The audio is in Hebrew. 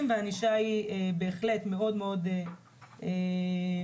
והענישה היא בהחלט מאוד-מאוד חמורה.